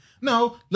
No